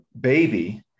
baby